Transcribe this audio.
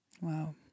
Wow